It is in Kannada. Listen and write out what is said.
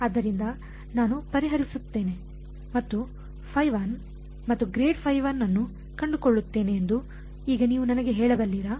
ಆದ್ದರಿಂದ ನಾನು ಪರಿಹರಿಸುತ್ತೇನೆ ಮತ್ತು ಮತ್ತು ಅನ್ನು ಕಂಡುಕೊಳ್ಳುತ್ತೇನೆ ಎಂದು ಈಗ ನೀವು ನನಗೆ ಹೇಳಬಲ್ಲಿರಾ